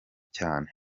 cyane